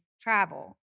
travel